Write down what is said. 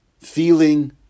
feeling